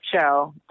show